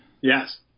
Yes